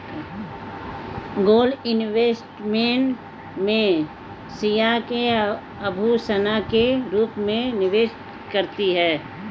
gold investment में स्त्रियां आभूषण के रूप में निवेश करती हैं